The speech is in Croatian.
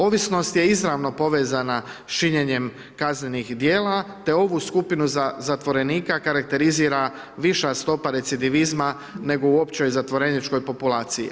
Ovisnost je izravno povezana s činjenjem kaznenih djela, te ovu skupinu zatvorenika karakterizira viša stopa recidivizma, nego u općoj zatvoreničkoj populaciji.